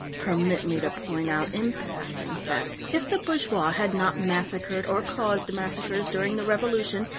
permit me to point out in passing that, if the bourgeois had not massacred or caused massacres during the revolution,